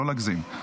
לא להגזים.